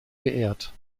geehrt